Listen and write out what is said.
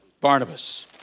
Barnabas